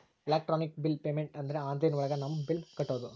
electronic bill payment ಅಂದ್ರೆ online ಒಳಗ ನಮ್ ಬಿಲ್ ಕಟ್ಟೋದು